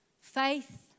faith